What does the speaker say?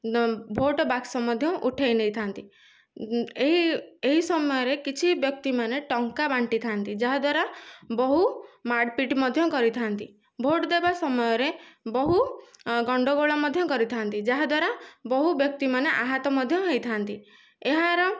vote ବାକ୍ସ ମଧ୍ୟ ଉଠାଇ ମଧ୍ୟ ଉଠାଇ ନେଇଥାନ୍ତି ଏହି ଏହି ସମୟରେ କିଛି ବ୍ୟକ୍ତି ମାନେ ଟଙ୍କା ବାଣ୍ଟି ଥାଆନ୍ତି ଯାହାଦ୍ୱାରା ବହୁ ମାଡ଼ ପିଟି ମଧ୍ୟ କରିଥାନ୍ତି ଭୋଟ ଦେବା ସମୟରେ ବହୁ ଗଣ୍ଡଗୋଳ ମଧ୍ୟ କରିଥାନ୍ତି ଯାହାଦ୍ୱାରା ବହୁ ବ୍ୟକ୍ତି ମାନେ ଆହତ ମଧ୍ୟ ହୋଇଥାନ୍ତି ଏହାର